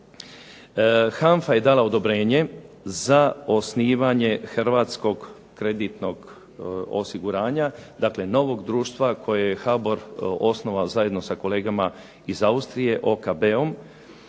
HANFA je dala odobrenje za osnivanje Hrvatskog kreditnog osiguranja, dakle novog društva koje je HBOR osnovao zajedno sa kolegama iz Austrije OKB-om,